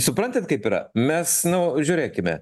suprantat kaip yra mes nu žiūrėkime